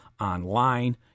online